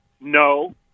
no